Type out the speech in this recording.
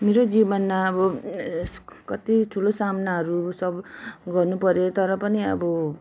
मेरो जीवनमा अब यसको कति ठुलो सामनाहरू सब गर्नुपऱ्यो तर पनि अब